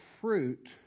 fruit